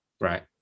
Right